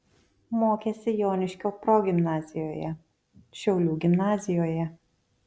mokėsi joniškio progimnazijoje šiaulių gimnazijoje